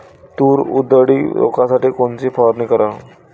तूर उधळी रोखासाठी कोनची फवारनी कराव?